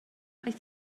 aeth